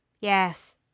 Yes